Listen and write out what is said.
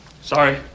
Sorry